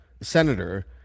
senator